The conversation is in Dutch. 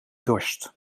dorst